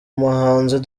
umuhanzi